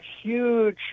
huge